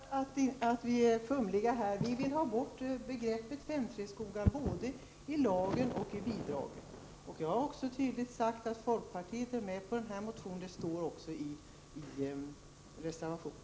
Fru talman! Vi har inte sagt att vi är fumliga. Vi vill ha bort begreppet 5:3-skogar både i lagen och i bidragen. Jag har också tydligt sagt att folkpartiet är med på motionen. Det står även i reservationen.